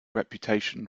reputation